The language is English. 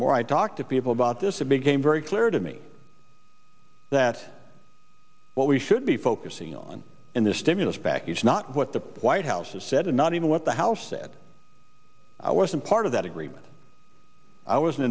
more i talk to people about this a big game very clear to me that what we should be focusing on in this stimulus package not what the white house has said and not even what the house said i wasn't part of that agreement i was